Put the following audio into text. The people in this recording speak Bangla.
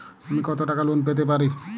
আমি কত টাকা লোন পেতে পারি?